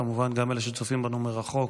וכמובן גם את אלה שצופים בנו מרחוק.